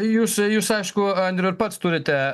jūs jūs aišku andriau ir pats turite